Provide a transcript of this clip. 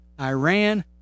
Iran